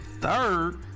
Third